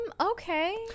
okay